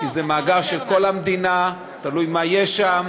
כי זה מאגר של כל המדינה, תלוי מה יש שם.